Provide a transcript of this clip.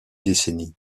décennie